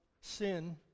sin